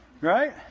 right